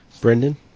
Brendan